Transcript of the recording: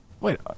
wait